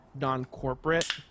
non-corporate